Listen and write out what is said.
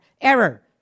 error